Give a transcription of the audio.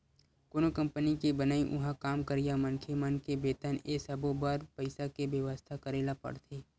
कोनो कंपनी के बनई, उहाँ काम करइया मनखे मन के बेतन ए सब्बो बर पइसा के बेवस्था करे ल परथे